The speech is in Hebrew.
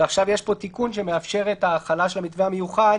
ועכשיו יש פה תיקון שמאפשר את ההחלה של המתווה המיוחד